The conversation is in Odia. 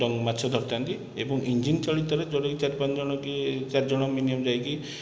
ମାଛ ଧରିଥାନ୍ତି ଏବଂ ଇଞ୍ଜିନ ଚାଳିତରେ ଯେଉଁଠିକି ଚାରି ପାଞ୍ଚଜଣ କି ଚାରି ଜଣ ମିନିମମ ଯାଇକି